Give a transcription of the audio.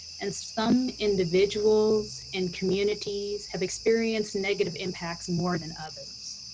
and some individuals and communities have experienced negative impacts more than others.